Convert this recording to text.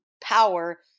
power